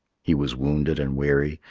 he was wounded and weary,